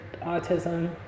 autism